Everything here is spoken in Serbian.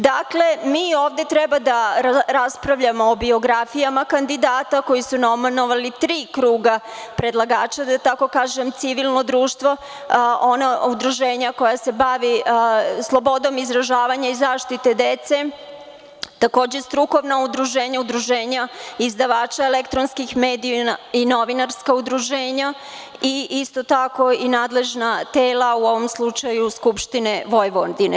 Dakle, mi ovde treba da raspravljamo o biografijama kandidata koji su nominovali tri kruga predlagača, da tako kažem, civilno društvo, udruženje koje se bavi slobodom izražavanja i zaštite dece, takođe, strukovna udruženja, udruženja izdavača elektronskih medija i novinarska udruženja i isto tako i nadležna tela, u ovom slučaju Skupštine Vojvodine.